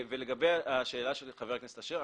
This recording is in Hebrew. לגבי השאלה של חבר הכנסת אשר,